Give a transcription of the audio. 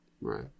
right